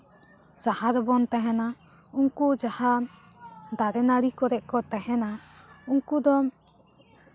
ᱥᱟᱦᱟ ᱨᱮᱵᱚᱱ ᱛᱟᱦᱮᱱᱟ ᱩᱱᱠᱩ ᱡᱟᱦᱟᱸ ᱫᱟᱨᱮ ᱱᱟ ᱲᱤ ᱠᱚᱨᱮᱜ ᱠᱚ ᱛᱟᱦᱮᱱᱟ ᱩᱱᱠᱩ ᱫᱚ